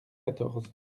quatorze